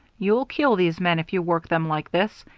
you'll kill these men if you work them like this.